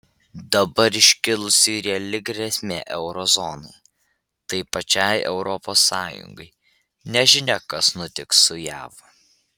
dabar iškilusi reali grėsmė euro zonai tai pačiai europos sąjungai nežinia kas nutiks su jav